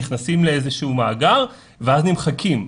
נכנסים לאיזה שהוא מאגר ואז נמחקים.